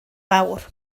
fawr